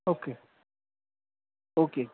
okay okay